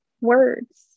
words